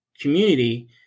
community